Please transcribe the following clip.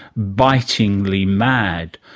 bitingly mad.